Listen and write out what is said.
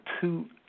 two